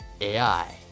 AI